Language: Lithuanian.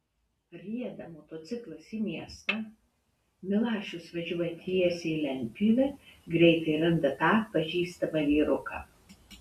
rieda motociklas į miestą milašius važiuoja tiesiai į lentpjūvę greitai randa tą pažįstamą vyruką